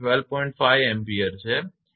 5 Ampere ampere છે